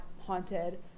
haunted